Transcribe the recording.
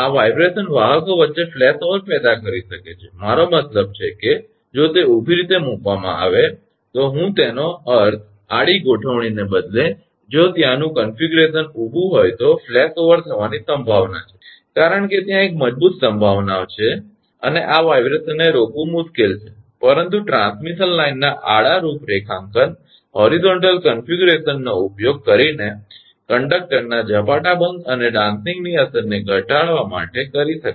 આ સ્પંદનો વાહકો વચ્ચે ફ્લેશઓવર પેદા કરી શકે છે મારો મતલબ કે જો તે ઊભી રીતે મૂકવામાં આવે તો હું તેનો અર્થ આડી ગોઠવણીને બદલે જો ત્યાંનું રૂપરેખાંકન ઊભું હોય તો ફ્લેશઓવર થવાની સંભાવના છે કારણ કે ત્યાં એક મજબૂત સંભાવના છે અને આ કંપનને રોકવું મુશ્કેલ છે પરંતુ ટ્રાન્સમીશન લાઇનના આડા રૂપરેખાંકનનો ઉપયોગ કરીને કંડક્ટરના ઝપાટાબંધ અને ડાન્સીંગની અસરને ઘટાડવા માટે કરી શકાય છે